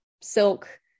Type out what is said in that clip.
silk